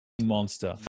monster